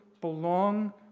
belong